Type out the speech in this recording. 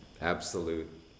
absolute